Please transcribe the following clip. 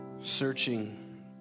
searching